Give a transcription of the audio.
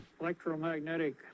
electromagnetic